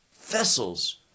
vessels